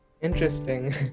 Interesting